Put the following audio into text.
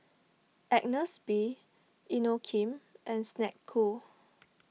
Agnes B Inokim and Snek Ku